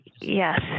yes